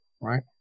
Right